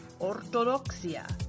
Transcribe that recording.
Ortodoxia